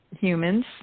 humans